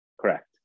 Correct